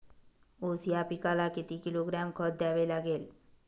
ऊस या पिकाला किती किलोग्रॅम खत द्यावे लागेल?